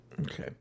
Okay